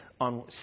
on